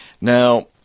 Now